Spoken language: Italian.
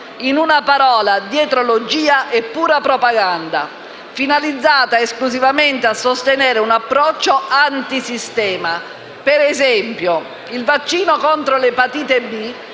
In poche parole: dietrologia e pura propaganda, finalizzate esclusivamente a sostenere un approccio antisistema. Ad esempio, il vaccino contro l'epatite B